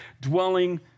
dwelling